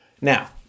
Now